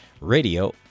radio